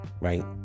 right